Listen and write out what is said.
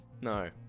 No